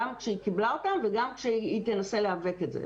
גם בזה שהיא קיבלה אותם וגם כשהיא תנסה לעוות את זה.